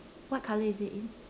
what color is it in